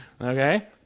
Okay